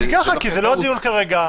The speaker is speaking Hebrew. כי זה לא הדיון כרגע.